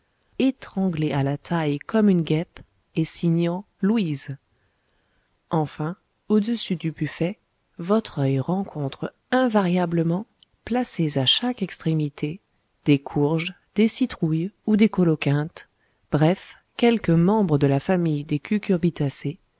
étranglée à la taille comme une guêpe et signant louise enfin au-dessus du buffet votre oeil rencontre invariablement placés à chaque extrémité des courges des citrouilles ou des coloquintes bref quelques membres de la famille des cucurbitacées